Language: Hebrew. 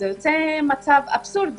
נוצר אבסורד,